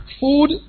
food